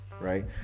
right